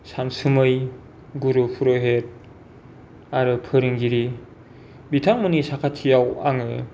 सानसुमै गुरु फुरहित आरो फोरोंगिरि बिथांमोननि साखाथियाव आङो